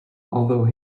although